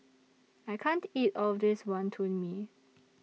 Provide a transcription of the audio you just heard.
I can't eat All of This Wonton Mee